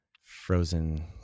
frozen